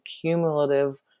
cumulative